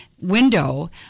window